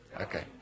okay